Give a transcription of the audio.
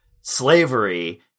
slavery